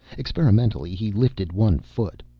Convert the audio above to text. experimentally, he lifted one foot.